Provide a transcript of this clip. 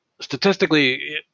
statistically